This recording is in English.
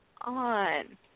on